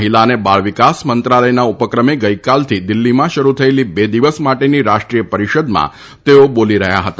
મહિલા અને બાળ વિકાસ મંત્રાલયના ઉપક્રમે ગઇકાલથી દિલ્ફીમાં શરૂ થયેલી બે દિવસ માટેની રાષ્ટ્રીય પરીષદમાં તેઓ બોલી રહયાં હતા